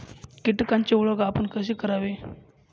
कीटकांची ओळख आपण कशी करावी?